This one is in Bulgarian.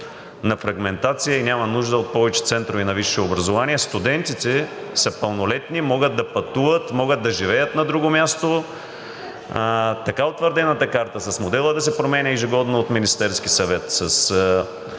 на фрагментация, и няма нужда от повече центрове на висше образование. Студентите са пълнолетни, могат да пътуват, могат да живеят на друго място и така утвърдената карта с модела да се променя ежегодно от Министерския съвет с